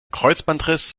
kreuzbandriss